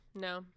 no